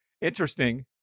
interesting